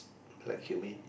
black cumin